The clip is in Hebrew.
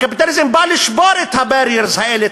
הקפיטליזם בא לשבור את ה-barriers האלה,